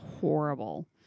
horrible